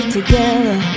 together